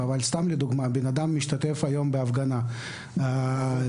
אבל אם בן אדם משתתף היום בהפגנה ונעצר,